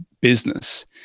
business